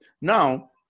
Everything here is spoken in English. Now